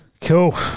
Cool